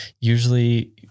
usually